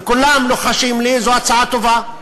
וכולם לוחשים לי: זו הצעה טובה,